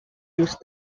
used